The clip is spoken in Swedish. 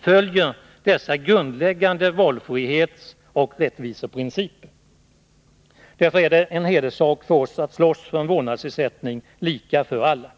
följer dessa grundläggande valfrihetsoch rättviseprinciper. Därför är det en hederssak för oss att slåss för en vårdnadsersättning lika för alla.